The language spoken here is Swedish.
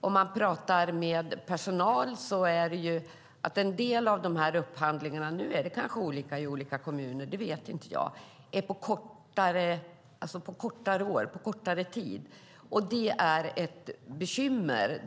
En del upphandlingar görs på kortare tid - nu skiljer det sig kanske åt mellan kommunerna - och det framhåller personalen som ett bekymmer.